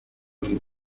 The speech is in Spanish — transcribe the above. donde